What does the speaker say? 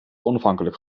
onafhankelijk